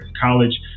college